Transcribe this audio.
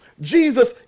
Jesus